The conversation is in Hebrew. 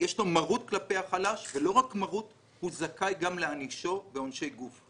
יש מרות כלפי החלש והוא זכאי אף להענישו עונשי גוף.